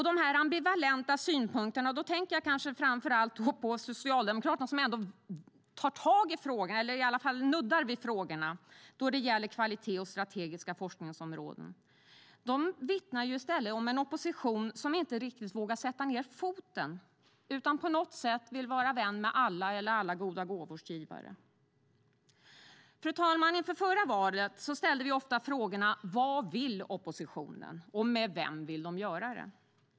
De här ambivalenta synpunkterna - då tänker jag framför allt på Socialdemokraterna som ändå tar tag i frågorna eller i alla fall nuddar vid frågorna som gäller kvalitet och strategiska forskningsområden - vittnar om en opposition som inte riktigt vågar sätta ned foten utan på något sätt vill vara vän med alla eller alla goda gåvors givare. Fru talman! Inför förra valet ställde vi ofta frågorna: Vad vill oppositionen göra och med vem vill de göra det?